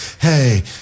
hey